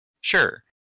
Sure